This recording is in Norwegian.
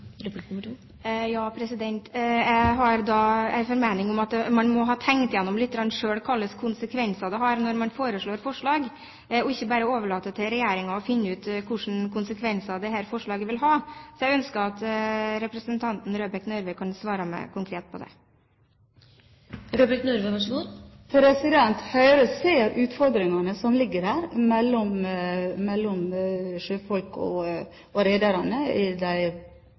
Jeg har den formening at man selv må ha tenkt litt gjennom hvilke konsekvenser et forslag vil ha, når man kommer med et forslag, og ikke bare overlater til regjeringen å finne ut hva slags konsekvenser dette forslaget vil ha. Så jeg ønsker at representanten Røbekk Nørve kan svare meg konkret på det. Høyre ser utfordringene som ligger der, i forholdet mellom sjøfolk og